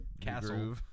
castle